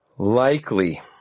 Likely